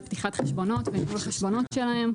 בפתיחת חשבונות וניהול חשבונות שלהם.